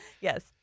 Yes